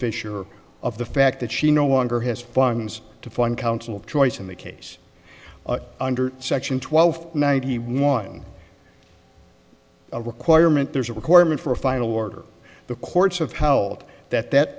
fisher of the fact that she no longer has farms to fund counsel of choice in the case under section twelve ninety one a requirement there is a requirement for a final order the courts have held that that